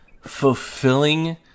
fulfilling